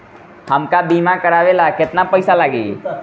हमका बीमा करावे ला केतना पईसा लागी?